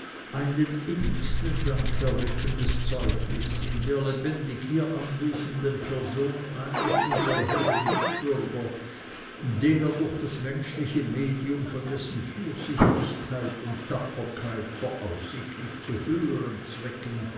ein den innigsten dank erweckendes zeugnis in der lebendig hier anwesenden person eines unsrer herren mitbürger den er durch das menschliche medium von dessen fürsichtigkeit und tapferkeit voraussichtlich zu höhern zwecken